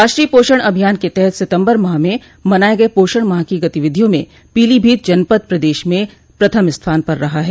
राष्ट्रीय पोषण अभियान के तहत सितम्बर माह में मनाए गये पोषण माह की गतिविधियों में पीलीभीत जनपद प्रदेश में प्रथम स्थान पर रहा है